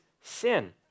sin